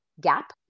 gap